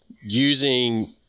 using